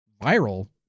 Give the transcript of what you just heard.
viral